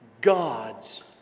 God's